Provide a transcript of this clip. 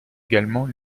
également